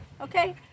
okay